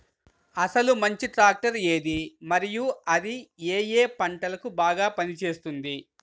అసలు మంచి ట్రాక్టర్ ఏది మరియు అది ఏ ఏ పంటలకు బాగా పని చేస్తుంది?